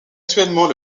actuellement